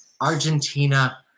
Argentina